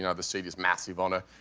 you know the seat is massive on her.